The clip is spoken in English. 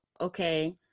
okay